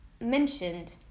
mentioned